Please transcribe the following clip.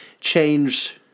change